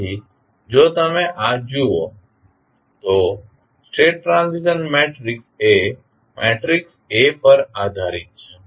તેથી જો તમે આ જુઓ તો સ્ટેટ ટ્રાન્ઝિશન મેટ્રિક્સ એ મેટ્રિક્સ A પર આધારીત છે